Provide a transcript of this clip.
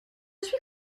suis